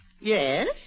Yes